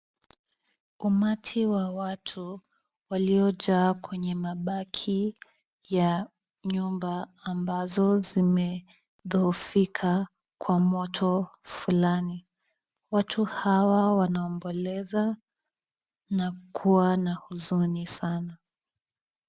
Umati wa watu waliojaa kwenye mabaki ya nyumba, ambazo zimedhoofika kwa moto fulani. Watu hawa wanaomboleza na kuwa na huzuni sana.